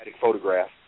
photograph